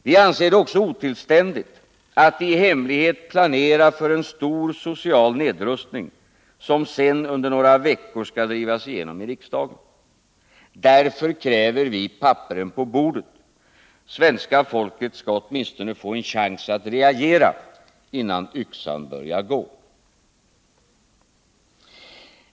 Vi anser det också otillständigt att i hemlighet planera för en stor social nedrustning, som sedan under några veckor skall drivas igenom i riksdagen. Därför kräver vi papperen på bordet. Svenska folket skall åtminstone få en chans att reagera innan yxan börjar gå.